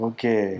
Okay